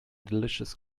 delicious